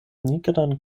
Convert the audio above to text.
nigran